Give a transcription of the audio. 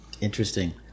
Interesting